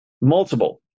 multiple